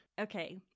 Okay